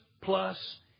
plus